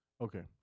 Okay